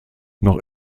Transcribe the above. noch